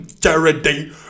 Charity